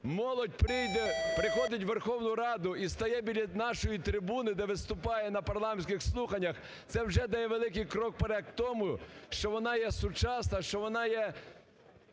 молодь приходить у Верховну Раду і стає перед нашою трибуною, де виступає на парламентських слуханнях, це вже дає великий крок вперед тому, що вона є сучасна, що вона є